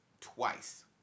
twice